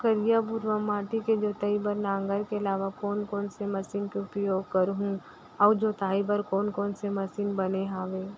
करिया, भुरवा माटी के जोताई बर नांगर के अलावा कोन कोन से मशीन के उपयोग करहुं अऊ जोताई बर कोन कोन से मशीन बने हावे?